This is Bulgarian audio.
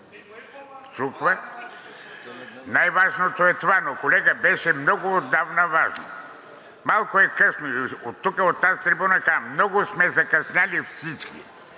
Най-важното е това, но, колега, беше много отдавна важно. Малко е късно. Тук от тази трибуна казвам – много сме закъснели всички.